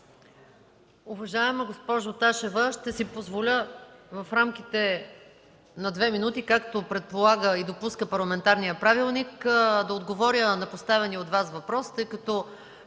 Уважаема госпожо Ташева, ще си позволя в рамките на две минути, както предполага и допуска парламентарният правилник, да отговоря на поставения от Вас въпрос, тъй като